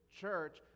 church